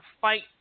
fight